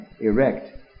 erect